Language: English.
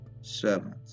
servant